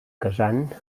kazan